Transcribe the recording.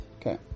Okay